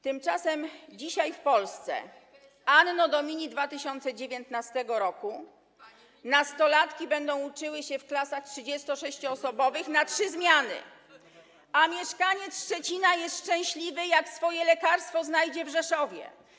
Tymczasem dzisiaj w Polsce Anno Domini 2019 nastolatki będą uczyły się w klasach 36-osobowych na trzy zmiany, a mieszkaniec Szczecina jest szczęśliwy, jak swoje lekarstwo znajdzie w Rzeszowie.